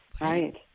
right